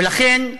ולכן,